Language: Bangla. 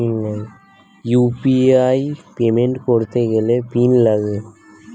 ইউ.পি.আই পেমেন্ট করতে গেলে পিন লাগে